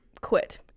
quit